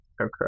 Okay